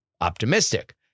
optimistic